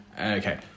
Okay